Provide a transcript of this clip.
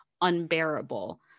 unbearable